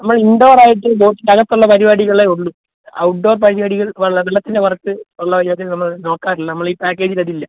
നമ്മൾ ഇൻഡോർ ആയിട്ട് ബോട്ടിൻ്റെ അകത്തുള്ള പരിപാടികളേ ഉള്ളൂ ഔട്ട്ഡോർ പരിപാടികൾ വെള്ളത്തിൻ്റെ പുറത്ത് ഉള്ള നമ്മൾ നോക്കാറില്ല നമ്മൾ ഈ പാക്കേജിൽ അതില്ല